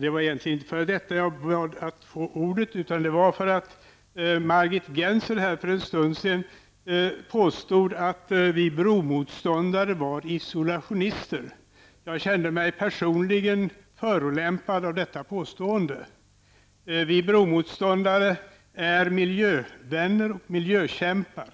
Det var egentligen inte för att säga detta som jag begärde ordet, utan för att Margit Gennser för en stund sedan påstod att vi bromotståndare är isolationister. Jag kände mig personligt förolämpad av detta påstående. Vi bromotståndare är miljövänner och miljökämpar.